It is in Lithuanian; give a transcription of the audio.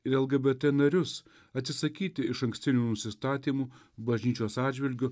ir lgbt narius atsisakyti išankstinių nusistatymų bažnyčios atžvilgiu